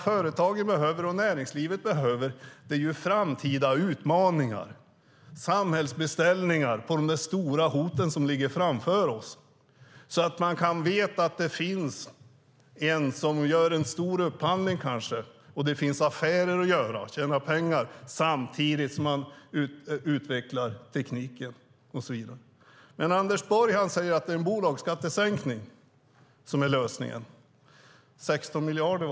Företagen och näringslivet behöver framtida utmaningar, samhällsbeställningar på de stora hoten som ligger framför oss, så att man vet att det finns någon som gör en stor upphandling och att det finns affärer att göra för att tjäna pengar samtidigt som man utvecklar tekniken. Men Anders Borg säger att lösningen är en bolagsskattesänkning. Det var visst 16 miljarder.